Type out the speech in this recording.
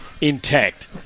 intact